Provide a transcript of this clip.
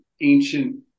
ancient